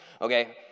okay